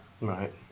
Right